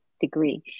degree